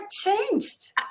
changed